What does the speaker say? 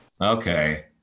Okay